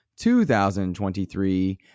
2023